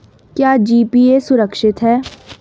क्या जी.पी.ए सुरक्षित है?